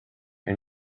and